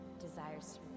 desires